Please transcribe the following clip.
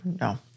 No